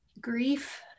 Grief